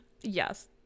yes